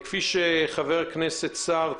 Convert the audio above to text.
כפי שציין חבר הכנסת סער,